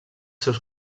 seus